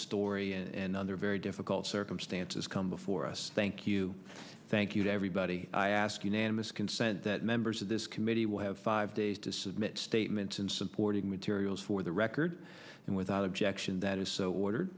story and under very difficult circumstances come before us thank you thank you to everybody i ask unanimous consent that members of this committee will have five days to submit statements and supporting materials for the record and without objection that is so ordered